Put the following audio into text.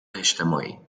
اجتماعی